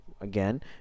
again